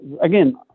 again